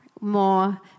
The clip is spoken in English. more